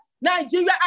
Nigeria